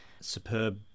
superb